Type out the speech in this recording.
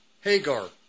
Hagar